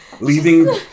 Leaving